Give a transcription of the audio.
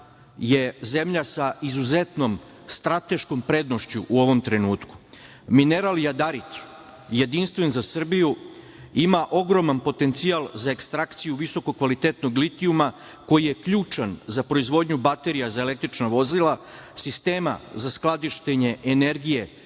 je zemlja sa izuzetnom strateškom prednošću u ovom trenutku. Mineral jadarit, jedinstven za Srbiju, ima ogroman potencijal za ekstrakciju visoko kvalitetnog litijuma koji je ključan za proizvodnju baterija za električna vozila, sistema za skladištenje energije